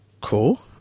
cool